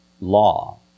law